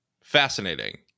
Fascinating